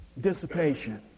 dissipation